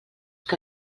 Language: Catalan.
que